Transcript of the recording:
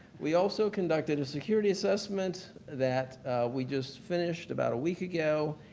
we also conducted a security assessment that we just finished about a week ago,